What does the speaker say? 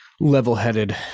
level-headed